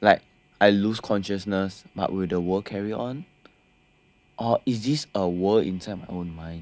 like I lose consciousness but will the world carry on or is this a world inside my own mind